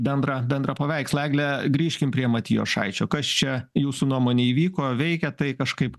bendrą bendrą paveikslą egle grįžkim prie matijošaičio kas čia jūsų nuomone įvyko veikia tai kažkaip